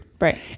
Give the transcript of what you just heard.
Right